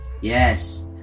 Yes